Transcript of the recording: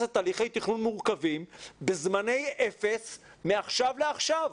לתהליכי תכנון מורכבים בזמני אפס מעכשיו לעכשיו.